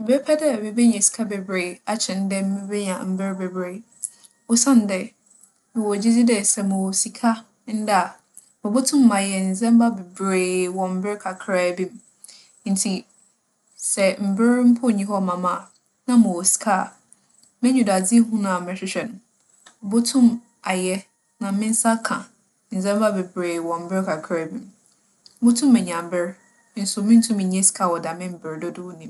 Mebɛpɛ dɛ mibenya sika beberee akyɛn dɛ mibenya mber beberee osiandɛ mowͻ gyedzi dɛ sɛ mowͻ sika ndɛ a, mubotum mayɛ ndzɛmba beberee wͻ mber kakraabi mu. Ntsi sɛ mber mpo nnyi hͻ mma me a, na mowͻ sika a, m'enyidoadzehu a morohwehwɛ no, mubotum ayɛ na me nsa aka ndzɛmba beberee wͻ mber kakraabi mu. Mubotum enya ber, nso munntum nnya sika wͻ dɛm mber dodow no mu.